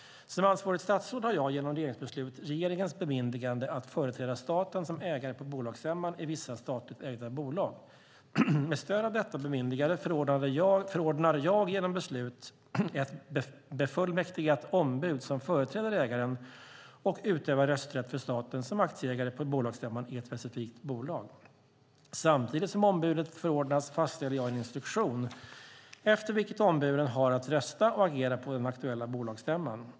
Som ansvarigt statsråd har jag, genom regeringsbeslut, regeringens bemyndigande att företräda staten som ägare på bolagsstämman i vissa statligt ägda bolag. Med stöd av detta bemyndigande förordnar jag genom beslut ett befullmäktigat ombud som företräder ägaren och utövar rösträtt för staten som aktieägare på bolagsstämman i ett specifikt bolag. Samtidigt som ombudet förordnas fastställer jag en instruktion efter vilken ombudet har att rösta och agera på den aktuella bolagsstämman.